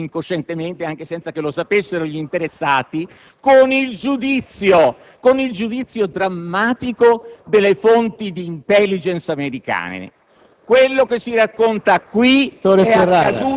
e trasferite, anche se incoscientemente, anche senza che lo sapessero gli interessati, con il giudizio drammatico delle fonti di *intelligence* americane.